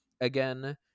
again